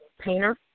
painter